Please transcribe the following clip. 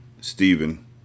Stephen